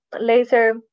later